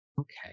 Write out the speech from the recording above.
Okay